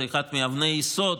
זה אחת מאבני היסוד